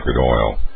oil